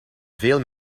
veel